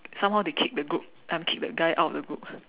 somehow they kicked the group I mean kicked the guy out of the group